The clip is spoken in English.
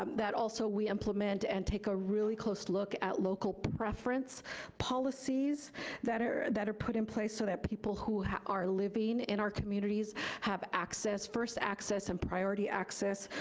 um that also we implement and take a really close look at local reference policies that are that are put in place so that people who are living in our communities have access, first access and priority access,